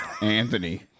Anthony